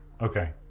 okay